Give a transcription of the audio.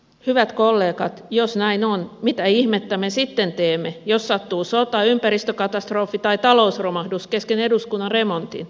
hyvät kollegat jos näin on mitä ihmettä me sitten teemme jos sattuu sota ympäristökatastrofi tai talousromahdus kesken eduskunnan remontin